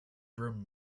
broom